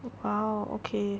!wow! okay